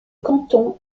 canton